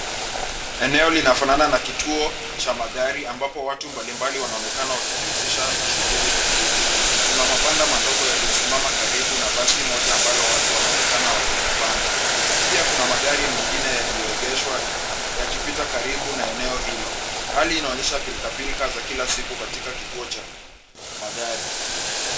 Eneo linafanana na kituo cha magari ambapo watu mbali mbali wanaonekana wakijihusisha na shughuli tofauti. Kuna mabanda madogo yaliyosimama karibu na basi moja ambalo watu wanaonekana wakilipanda. Pia kuna magari mengine yaliyoegeshwa yakipita karibu na eneo hilo. Hali inaonyesha pilka pilka za kila siku katika kituo cha magari.